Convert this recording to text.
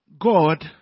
god